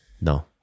no